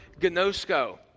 gnosko